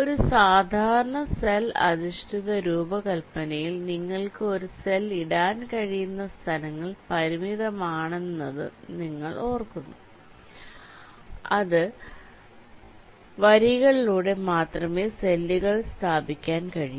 ഒരു സാധാരണ സെൽ അധിഷ്ഠിത രൂപകൽപ്പനയിൽ നിങ്ങൾക്ക് ഒരു സെൽ ഇടാൻ കഴിയുന്ന സ്ഥലങ്ങൾ പരിമിതമാണെന്നത് നിങ്ങൾ ഓർക്കുന്നു അത് വരികളിലൂടെ മാത്രമേ സെല്ലുകൾ സ്ഥാപിക്കാൻ കഴിയൂ